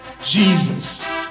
Jesus